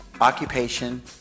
Occupation